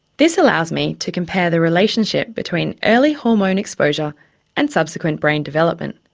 this allows me to compare the relationship between early hormone exposure and subsequent brain development.